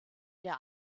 der